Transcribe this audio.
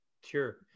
Sure